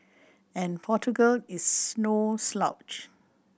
and Portugal is no slouch